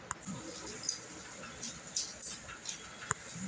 दुनिया भर में मछरी से होखेवाला सब काम धाम के इ देखे के काम करत हवे